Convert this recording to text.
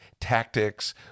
tactics